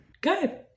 Good